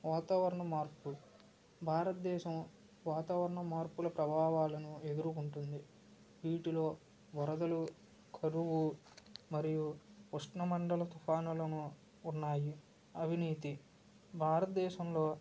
వాతావరణ మార్పు భారతదేశం వాతావరణ మార్పుల ప్రభావాలను ఎదుర్కుంటుంది వీటిలో వరదలు కరువు మరియు ఉష్ణ మండల తుఫానులను ఉన్నాయి అవినీతి భారత దేశంలో